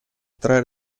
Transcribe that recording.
tre